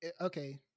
Okay